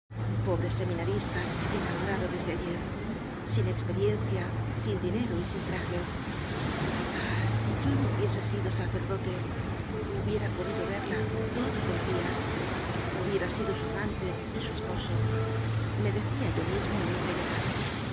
pobre seminarista enamorado desde ayer sin experiencia sin dinero y sin trajes ahf si yo no hubiese sido sacerdote hubiera podido verla todos los día hubiera sido su amante y su espo so me decía yo mismo en m i ceguedad